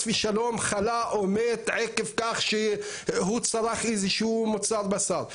ושלום חלה או מת עקב כך שהוא צרך איזשהו מוצר בשר.